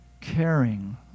caring